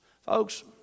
Folks